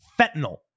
fentanyl